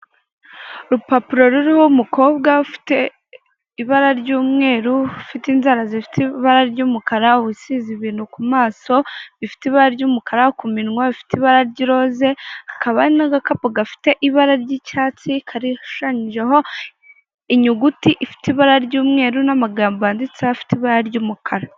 Urupapuro ruriho umukobwa ufite ibara ry'umweru, ufite inzara z'ifite ibara ry'umukara wisize ibintu ku maso bifite ibara ry'umukara, ku minwa bifite ibara ry'iroze, hakaba hari n'agakapu kibara ry'icyatsi kashushabyijeho inyuguti ifite ibara ry'umweru n'amagambo yanditseho afite ibara ry'umukara.